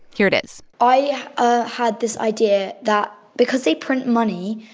here it is i ah had this idea that because they print money,